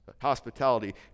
Hospitality